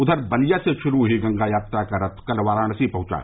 उधर बलिया से श्रू हई गंगा यात्रा का रथ कल वाराणसी पहंचा